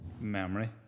memory